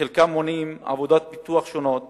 וחלקם מונעים עבודות פיתוח שונות